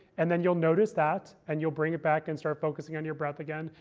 and then you'll notice that. and you'll bring it back and start focusing on your breath again.